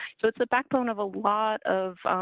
so it's the backbone of a lot of.